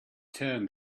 turn